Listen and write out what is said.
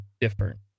different